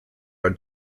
are